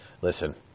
listen